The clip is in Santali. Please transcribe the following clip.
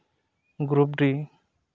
ᱜᱨᱩᱯᱰᱤ